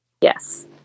Yes